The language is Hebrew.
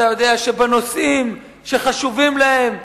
אתה יודע שבנושאים שחשובים להם,